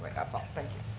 like that's all, thank you.